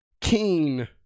Keen